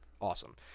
Awesome